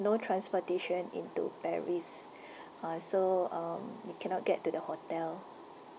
no transportation into paris uh so um we cannot get to the hotel